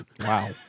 Wow